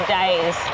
days